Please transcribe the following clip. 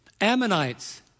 Ammonites